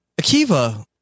Akiva